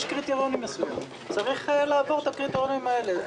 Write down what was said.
יש קריטריונים מסוימים וצריך לעבור את הקריטריונים האלה.